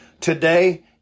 Today